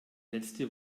letzte